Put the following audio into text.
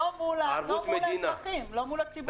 לא מול האזרחים, לא מול הציבור.